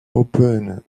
open